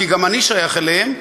כי גם אני שייך אליהם,